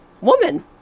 woman